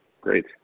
Great